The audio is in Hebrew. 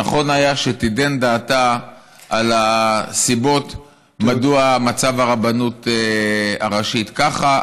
נכון היה שתיתן דעתה על הסיבות שהמצב ברבנות הראשית ככה,